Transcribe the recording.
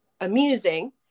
amusing